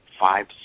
five